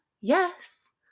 yes